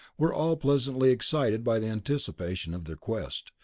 were all pleasantly excited by the anticipation of their quest,